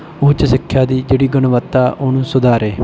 ਉੱਚ ਸਿੱਖਿਆ ਦੀ ਜਿਹੜੀ ਗੁਣਵੱਤਾ ਉਹਨੂੰ ਸੁਧਾਰੇ